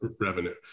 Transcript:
revenue